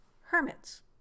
hermits